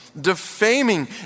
defaming